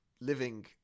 living